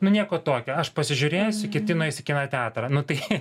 nu nieko tokio aš pasižiūrėsiu kiti nueis į kino teatrą nu tai